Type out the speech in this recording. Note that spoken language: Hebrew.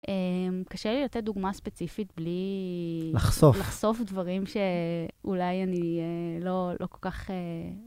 קשה לי לתת דוגמא ספציפית בלי לחשוף דברים שאולי אני לא כל כך...